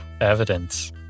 evidence